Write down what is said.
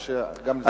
או שגם זה,